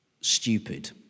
stupid